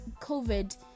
covid